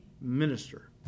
minister